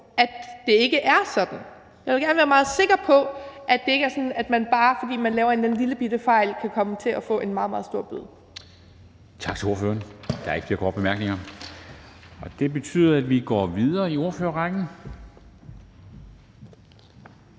at det ikke er sådan. Jeg vil gerne være meget sikker på, at det ikke er sådan, at man, bare fordi man laver en eller anden lillebitte fejl, kan komme til at få en meget, meget stor bøde.